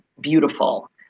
beautiful